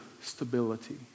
stability